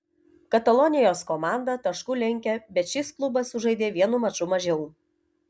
katalonijos komanda tašku lenkia bet šis klubas sužaidė vienu maču mažiau